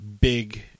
big